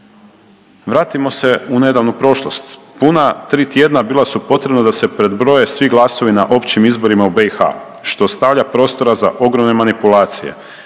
Vratimo se u nedavnu prošlost. Puna 3 tjedna bila su potrebna da se prebroje svi glasovi na općim izborima u BiH što stavlja prostora za ogromne manipulacije,